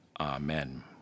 Amen